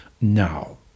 now